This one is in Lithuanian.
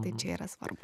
tai čia yra svarbu